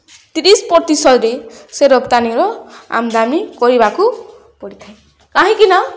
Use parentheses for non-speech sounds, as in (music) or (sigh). ତିରିଶ (unintelligible) ସେ ରପ୍ତାନିର ଆମଦାମୀ କରିବାକୁ ପଡ଼ିଥାଏ କାହିଁକିନା